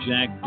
Jack